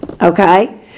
Okay